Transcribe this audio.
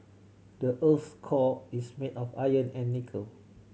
the earth's core is made of iron and nickel